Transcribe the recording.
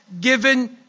given